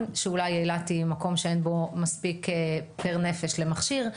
שאילת היא אולי מקום שאין בו מספיק פר נפש למכשיר,